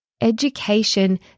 Education